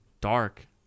Dark